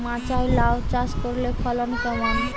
মাচায় লাউ চাষ করলে ফলন কেমন?